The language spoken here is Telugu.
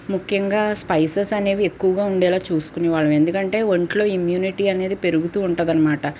ముఖ్యంగా స్పైసెస్ అనేవి ఎక్కువగా ఉండేలా చూసుకునేవాళ్ళము ఎందుకంటే ఒంట్లో ఇమ్మ్యూనిటీ అనేది పెరుగుతూ ఉంటుందనమాట